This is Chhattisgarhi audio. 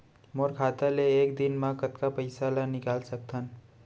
मोर खाता ले एक दिन म कतका पइसा ल निकल सकथन?